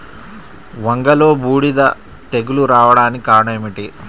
వంగలో బూడిద తెగులు రావడానికి కారణం ఏమిటి?